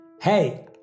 Hey